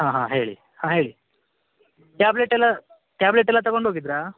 ಹಾಂ ಹಾಂ ಹೇಳಿ ಹಾಂ ಹೇಳಿ ಟ್ಯಾಬ್ಲೆಟೆಲ್ಲ ಟ್ಯಾಬ್ಲೆಟೆಲ್ಲ ತಗೊಂಡು ಹೋಗಿದ್ರಾ